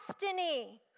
destiny